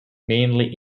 mainly